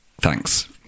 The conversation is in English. thanks